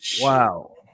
Wow